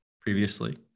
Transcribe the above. previously